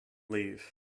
leave